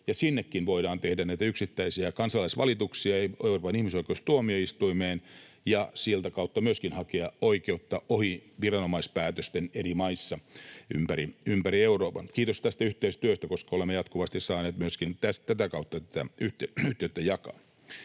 voidaan tehdä näitä yksittäisiä kansalaisvalituksia ja sieltä kautta myöskin hakea oikeutta ohi viranomaispäätösten eri maissa ympäri Euroopan. Kiitos tästä yhteistyöstä, koska olemme jatkuvasti saaneet myöskin tätä kautta tätä yhteyttä jakaa.